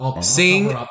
Sing